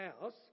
house